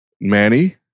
Manny